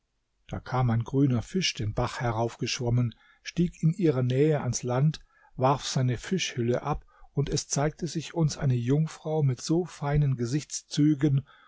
da kam ein grüner fisch den bach heraufgeschwommen stieg in ihrer nähe ans land warf seine fischhülle ab und es zeigte sich uns eine jungfrau mit so feinen gesichtszügen